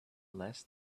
less